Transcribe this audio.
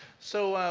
so,